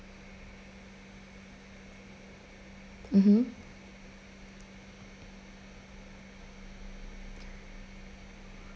mmhmm